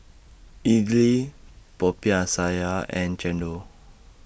Idly Popiah Sayur and Chendol